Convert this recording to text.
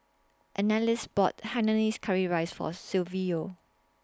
Annalise bought Hainanese Curry Rice For Silvio